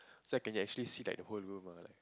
so I can actually see like the whole room uh like